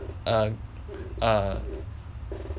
err err